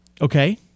Okay